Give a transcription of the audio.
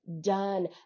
done